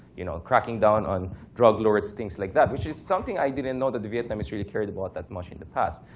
you know, cracking down on drug lords, things like that, which is something i didn't know that the vietnamese really cared about that much in the past.